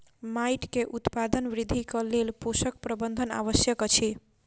माइट के उत्पादन वृद्धिक लेल पोषक प्रबंधन आवश्यक अछि